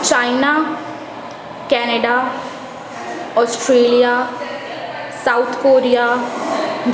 China Canada Australia South Korea Germany